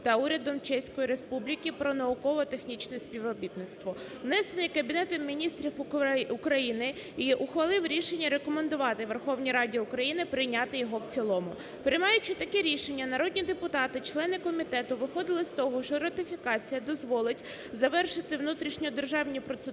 та Урядом Чеської Республіки про науково-технічне співробітництво", внесений Кабінетом Міністрів, і ухвалив рішення рекомендувати Верховній Раді України прийняти його в цілому. Приймаючи таке рішення, народні депутати, члени комітету виходили з того, що ратифікація дозволить завершити внутрішньодержавні процедури,